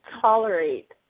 tolerate